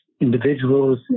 individuals